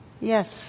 Yes